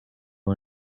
are